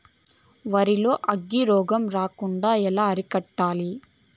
వరి లో అగ్గి రోగం రాకుండా ఎలా అరికట్టాలి?